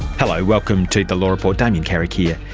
hello, welcome to the law report, damien carrick here.